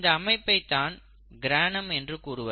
இந்த அமைப்பை தான் கிரானம் என்று கூறுவர்